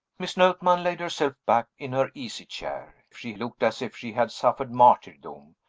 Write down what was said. miss notman laid herself back in her easy chair she looked as if she had suffered martyrdom,